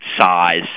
size